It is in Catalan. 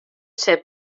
ser